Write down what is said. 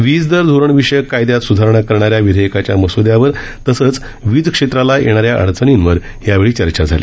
वीजदर धोरणविषयक कायद्यात सुधारणा करणाऱ्या विधेयकाच्या मस्द्यावर तसंच वीज क्षेत्राला येणाऱ्या अडचणींवर यावेळी चर्चा झाली